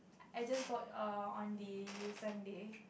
I just bought err on the Sunday